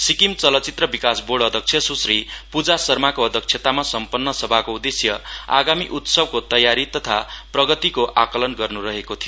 सिक्किम चलचित्र विकास बोर्ड अध्यक्ष सृश्री पूजा शर्माको अध्यक्षतामा सम्पन्न सभाको उदेश्य आगामी उत्सवको तयारी तथा प्रगतिको आकलन गर्न् रहेको थियो